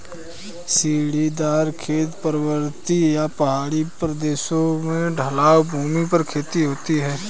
सीढ़ीदार खेत, पर्वतीय या पहाड़ी प्रदेशों की ढलवां भूमि पर खेती होती है